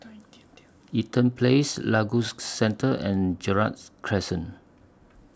Eaton Place Lagos Center and Gerald Crescent